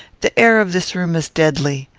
the air of this room is deadly.